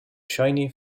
shiny